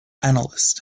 analyst